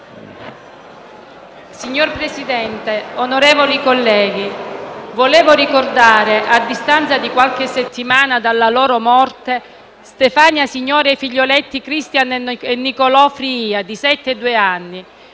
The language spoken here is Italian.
Signor Presidente, onorevoli colleghi, volevo ricordare a distanza di qualche settimana dalla loro morte, Stefania Signore e i figlioletti Cristian e Nicolò Frijia di sette e due anni,